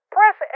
Press